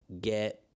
get